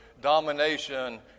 domination